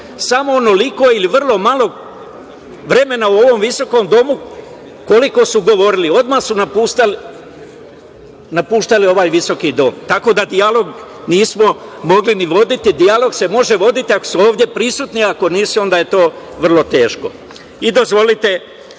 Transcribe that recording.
samo onoliko ili vrlo malo vremena u ovom visokom domu koliko su govorili. Odmah su napuštali ovaj visoki dom. Tako da, dijalog nismo mogli ni voditi. Dijalog se može voditi ako su ovde prisutni, ako nisu onda je to vrlo teško.I dozvolite,